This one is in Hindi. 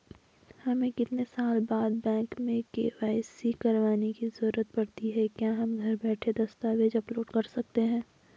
हमें कितने साल बाद बैंक में के.वाई.सी करवाने की जरूरत पड़ती है क्या हम घर बैठे दस्तावेज़ अपलोड कर सकते हैं?